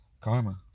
karma